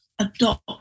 adopt